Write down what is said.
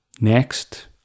next